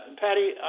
Patty